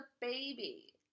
baby